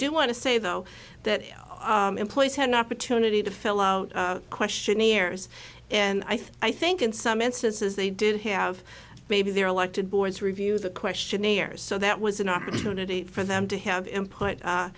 do want to say though that employees had an opportunity to fill out questionnaires and i think in some instances they did have maybe their elected boards review the question ears so that was an opportunity for them to have